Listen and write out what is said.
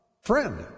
Friend